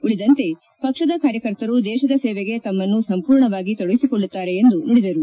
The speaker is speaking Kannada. ಉಳಿದಂತೆ ಪಕ್ಷದ ಕಾರ್ಯಕರ್ತರು ದೇಶದ ಸೇವೆಗೆ ತಮ್ಮನ್ನು ಸಂಪೂರ್ಣವಾಗಿ ತೊಡಗಿಸಿಕೊಳ್ಳುತ್ತಾರೆ ಎಂದು ನುಡಿದರು